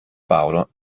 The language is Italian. paolo